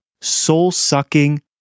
soul-sucking